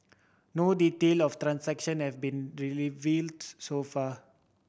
no detail of the transaction have been revealed so far